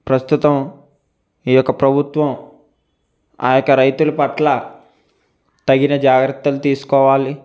ప్రస్తుతం ఈ యొక్క ప్రభుత్వం ఆ యొక్క రైతుల పట్ల తగిన జాగ్రత్తలు తీసుకోవాలి